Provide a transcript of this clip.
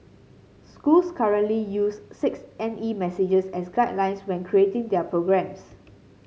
schools currently use six N E messages as guidelines when creating their programmes